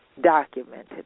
documented